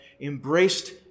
embraced